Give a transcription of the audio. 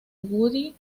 woody